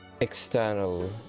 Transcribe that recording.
external